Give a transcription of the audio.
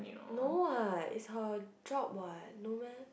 no what is her job what no meh